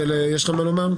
יש לך מה לומר?